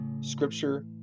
scripture